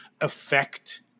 affect